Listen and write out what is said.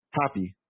Happy